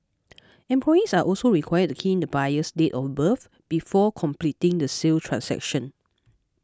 employees are also required to key in the buyer's date of birth before completing the sale transaction